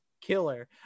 killer